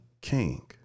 King